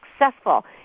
successful